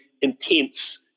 intense